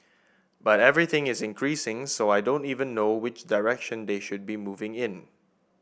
but everything is increasing so I don't even know which direction they should be moving in